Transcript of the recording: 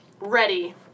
Ready